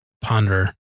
ponder